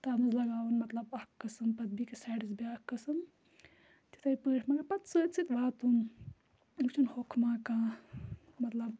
تَتھ منٛز لَگاوُن مطلب اَکھ قٕسٕم پَتہٕ بیٚکِس سایڈَس بیٛاکھ قٕسٕم تِتھَے پٲٹھۍ مگر پَتہٕ سۭتۍ سۭتۍ واتُن وٕچھُن ہوٚکھ ما کانٛہہ مطلب